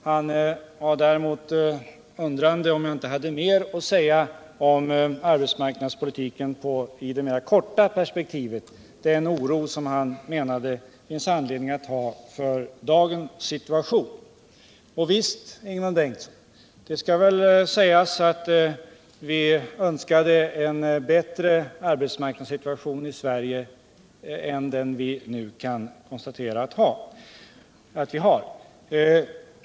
Han var däremot undrande om jag inte hade mer att säga om arbetsmarknadspolitiken i det kortare perspektivet, den oro som han menade att det finns anledning att hysa för dagens situation. Och visst, Ingemund Bengtsson, skall det väl sägas att vi önskade en bättre arbetsmarknadssituation i Sverige än den vi nu kan konstatera att vi har.